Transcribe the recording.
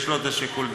יש לו שיקול דעת,